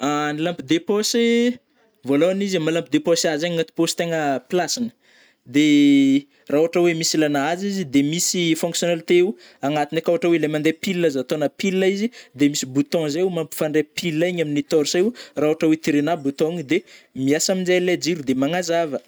Ny lampe de pochy, vôlôhagny izy am maha lampe de pochy azy zegny agnaty pochy tegna plasigny de rah ôhatra oe misy ilagna azy izy de misy fonctionnalités o agnatiny akao ôhatra oe le mandeh pile a zao atônao pile a izy de misy boutton zay o mampifandray pil a igny am torch a io rah ôhatra oe tirenao boutton io de miasa amnjay le jiro de magnazava.